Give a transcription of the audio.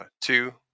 two